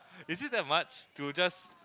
is it that much to just